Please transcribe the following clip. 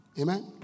Amen